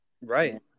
Right